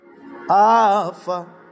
alpha